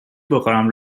بخورم